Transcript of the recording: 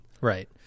Right